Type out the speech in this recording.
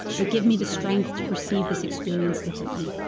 but give me the strength to perceive this experience differently.